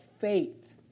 faith